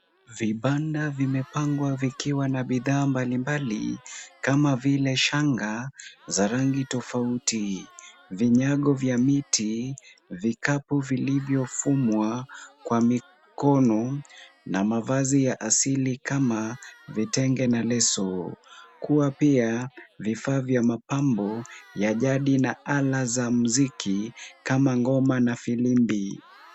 Vibanda vimepangwa vikiwa na bidhaa mbali mbali, kama vile shanga za rangi tofauti, vinyago vya miti, vikapu vilivyofumwa kwa mikono na mavazi ya asili kama vitenge na leso. Kuwa pia vifaa vya mapambo ya jadi na ana za muziki kama ngoma na firimbi.